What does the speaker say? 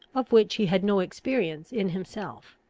of which he had no experience in himself.